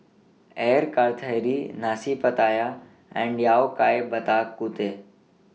Air Karthira Nasi Pattaya and Yao Cai Bak Kut Teh